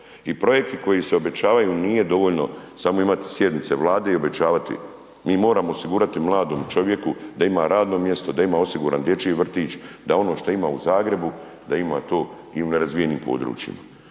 I projekti koji se obećavaju nije dovoljno imati samo sjednice Vlade i obećavati. Mi moramo osigurati mladom čovjeku da ima radno mjesto, da ima osiguran dječji vrtić, da ono što ima u Zagrebu da ima to i u nerazvijenim područjima.